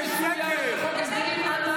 זה הכול שקרים.